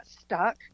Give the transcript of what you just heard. stuck